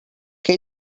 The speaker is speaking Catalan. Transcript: que